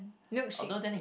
milkshake